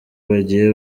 bagiye